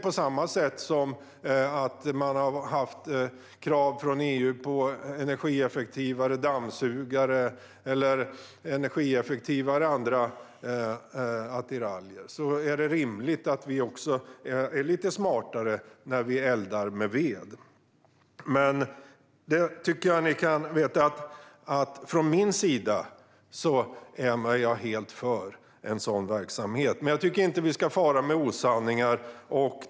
På samma sätt har man haft krav från EU på energieffektivare dammsugare eller andra attiraljer är det rimligt att vi också är lite smartare när vi eldar med ved. Ni ska veta att jag från min sida är helt för en sådan verksamhet. Men jag tycker inte att vi ska fara med osanningar.